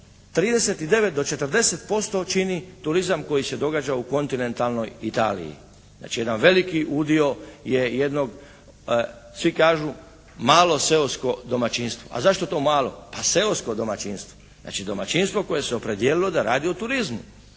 39 do 40% čini turizam koji se događa u kontinentalnoj Italiji. Znači jedan veliki udio je jednog, svi kažu malo seosko domaćinstvo. A zašto to malo? Pa seosko domaćinstvo. Znači domaćinstvo koje se je opredijelilo da radi u turizmu,